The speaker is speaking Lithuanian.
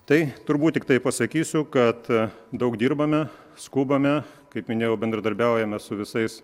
tai turbūt tiktai pasakysiu kad daug dirbame skubame kaip minėjau bendradarbiaujame su visais